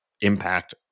impact